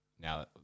now